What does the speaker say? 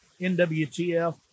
NWTF